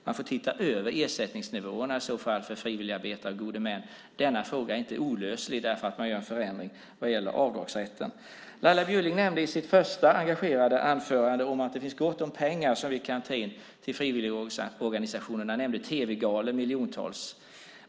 Man får i så fall titta över ersättningsnivåerna för frivilligarbetare och gode män. Denna fråga är inte olöslig därför att man gör en förändring vad gäller avdragsrätten. Laila Bjurling nämnde i sitt första engagerade anförande att det finns gott om pengar som vi kan ta in till frivilligorganisationerna, nämligen miljontals via tv-galor.